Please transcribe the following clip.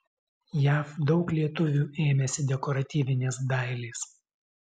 jav daug lietuvių ėmėsi dekoratyvinės dailės